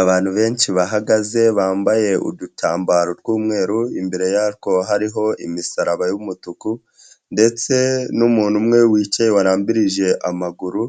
Abantu benshi bahagaze bambaye udutambaro tw'umweru imbere yaTwo hariho imisaraba y'umutuku ndetse n'umuntu umwe wicaye warambirije amaguru